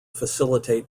facilitate